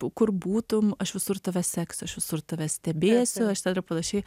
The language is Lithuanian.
kur būtum aš visur tave seksiu aš visur tave stebėsiu aš ten ir panašiai